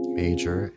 major